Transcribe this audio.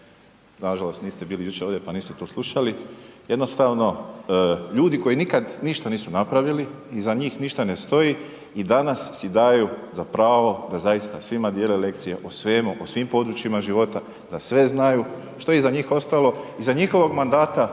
Nažalost niste bili jučer ovdje pa niste to slušali. Jednostavno ljudi koji nikad ništa nisu napravili, iza njih ništa ne stoji i danas si daju za pravo da zaista svima dijele lekcije o svemu, o svim područjima života, da sve znaju. Što iza ostalo? Iza njihovog mandata